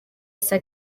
saa